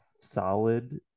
solid